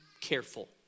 careful